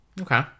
okay